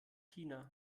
china